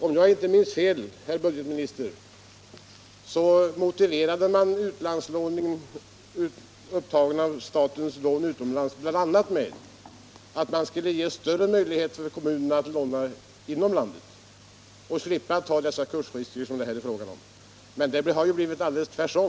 Om jag inte minns fel, herr budgetminister, motiverades upptagandet av de statliga lånen utomlands bl.a. med att man skulle ge kommunerna större möjligheter att låna inom landet och slippa ta de kursrisker som det här är fråga om. I detta fall har det ju blivit tvärtom.